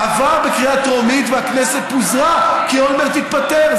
עבר בקריאה טרומית והכנסת פוזרה כי אולמרט התפטר,